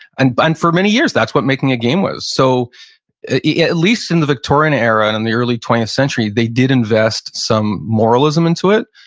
and but and for many years that's what making a game was. so at yeah least in the victorian era in and the early twentieth century, they did invest some moralism into it.